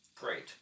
great